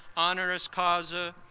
honoris causa.